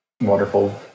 wonderful